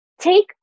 take